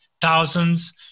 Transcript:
thousands